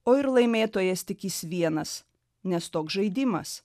o ir laimėtojas tik jis vienas nes toks žaidimas